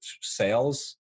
sales